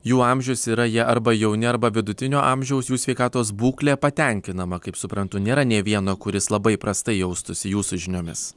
jų amžius yra jie arba jauni arba vidutinio amžiaus jų sveikatos būklė patenkinama kaip suprantu nėra nė vieno kuris labai prastai jaustųsi jūsų žiniomis